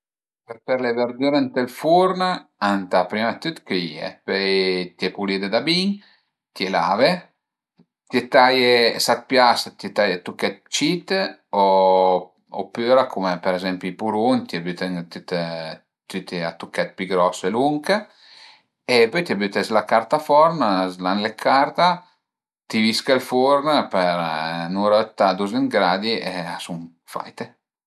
Për fe le verdüre ënt ël furn ëntà prima dë tüt cöìe, pöi t'ie pulide da bin, t'ie lave, t'ie taie s'a të pias, t'ie taie a tuchèt cit opüra cume per ezempi i pruvun t'ie büte tüti a tuchèt pi gros e lunch e pöi t'ie büte s'la carta forno, sü üna leccarda, ti vische ël furn për ün'urëtta a duzent gradi e a sun faite